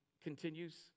continues